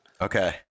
Okay